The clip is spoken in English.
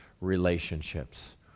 relationships